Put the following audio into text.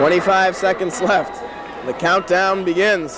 twenty five seconds left the countdown begin